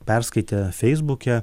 perskaitę feisbuke